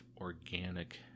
organic